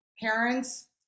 parents